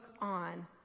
on